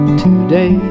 today